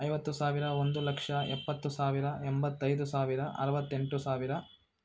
ಐವತ್ತು ಸಾವಿರ ಒಂದು ಲಕ್ಷ ಎಪ್ಪತ್ತು ಸಾವಿರ ಎಂಬತ್ತೈದು ಸಾವಿರ ಅರ್ವತ್ತೆಂಟು ಸಾವಿರ